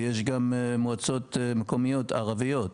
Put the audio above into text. יש גם מועצות מקומיות ערביות.